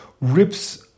rips